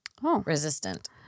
Resistant